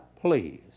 please